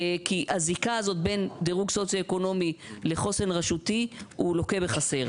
כי הזיקה הזאת בין דירוג סוציו-אקונומי לחוסן רשותי לוקה בחסר.